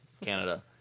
Canada